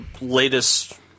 latest